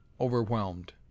overwhelmed